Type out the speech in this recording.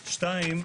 דבר שני,